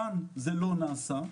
כאן זה לא נעשה,